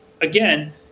Again